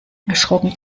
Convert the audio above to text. erschrocken